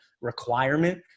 requirement